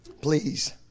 Please